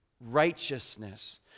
righteousness